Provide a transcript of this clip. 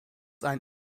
ein